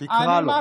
תקרא לו.